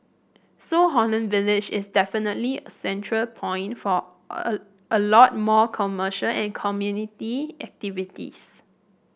so Holland Village is definitely a central point for a a lot more commercial and community activities